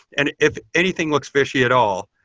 and if anything looks fishy at all,